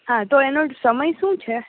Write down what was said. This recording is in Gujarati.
હા તો એનો સમય શું છે